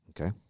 Okay